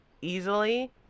easily